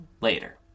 later